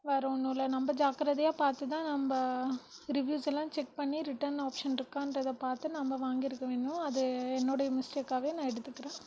வேறு ஒன்னும்ல்ல நம்ப ஜாக்கரதையாக பார்த்துதான் நம்ப ரிவ்யூஸ்ஸெல்லாம் செக் பண்ணி ரிட்டன் ஆப்ஷன்ருக்கான்றதை பார்த்து நம்ப வாங்கி இருக்கவேணும் அது என்னுடைய மிஸ்ட்டேக்காகவே நான் எடுத்துக்கறேன்